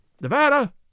Nevada